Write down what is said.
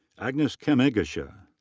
agnes kemigisha.